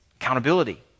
Accountability